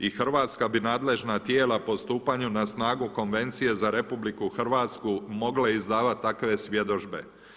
I hrvatska bi nadležna tijela po stupanju na snagu konvencije za RH mogla izdavati takve svjedodžbe.